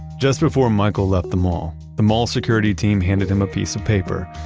just before michael left the mall, the mall's security team handed him a piece a paper,